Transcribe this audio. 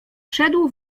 szedł